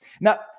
Now